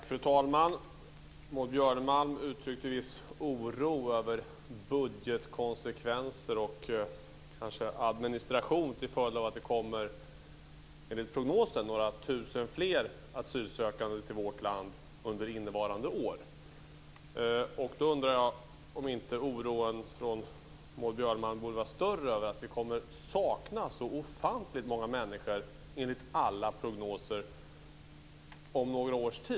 Fru talman! Maud Björnemalm uttryckte viss oro över budgetkonsekvenser och administration till följd av att det enligt prognosen kommer några tusen fler asylsökande till vårt land under innevarande år. Jag undrar om inte oron från Maud Björnemalm borde vara större över att vi enligt alla prognoser kommer att sakna så ofantligt många människor om några år.